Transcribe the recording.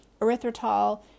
erythritol